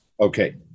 Okay